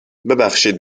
ببخشید